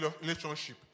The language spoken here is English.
relationship